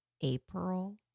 April